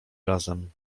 razem